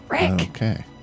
Okay